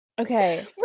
okay